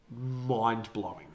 mind-blowing